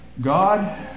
God